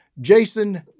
Jason